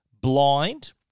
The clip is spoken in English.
blind